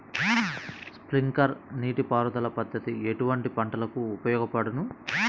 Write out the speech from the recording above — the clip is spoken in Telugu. స్ప్రింక్లర్ నీటిపారుదల పద్దతి ఎటువంటి పంటలకు ఉపయోగపడును?